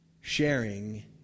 sharing